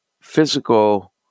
physical